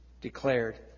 declared